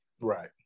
Right